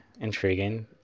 intriguing